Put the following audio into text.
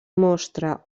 mostra